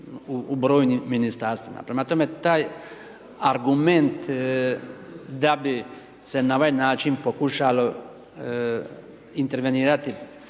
u brojnim Ministarstvima. Prema tome, taj argument da bi se na ovaj način pokušalo intervenirati